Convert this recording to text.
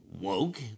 woke